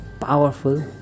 powerful